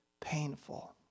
painful